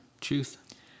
Truth